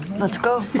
let's go.